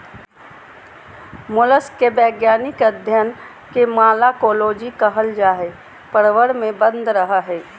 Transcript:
mollusc के वैज्ञानिक अध्यन के मालाकोलोजी कहल जा हई, प्रवर में बंद रहअ हई